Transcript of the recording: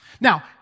Now